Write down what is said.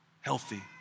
healthy